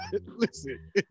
listen